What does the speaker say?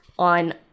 On